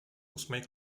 ósmej